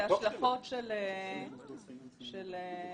טיוב